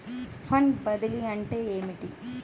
Fund బదిలీ అంటే ఏమిటి?